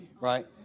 right